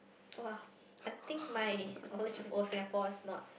[wah] I think my knowledge of old Singapore is not